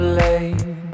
late